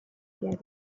piedi